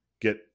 get